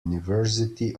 university